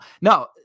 No